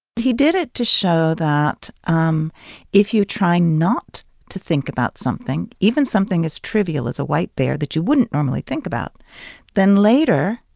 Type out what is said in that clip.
but he did it to show that um if you're trying not to think about something even something as trivial as a white bear that you wouldn't normally think about then later,